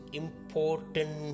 important